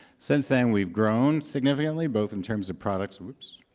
since then, we've grown significantly, both in terms of products